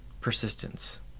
persistence